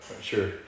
Sure